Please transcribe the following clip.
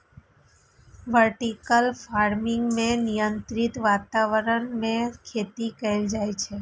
vertical farming मे नियंत्रित वातावरण मे खेती कैल जाइ छै